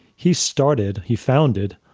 he started, he founded,